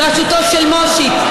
בראשותו של מושיק,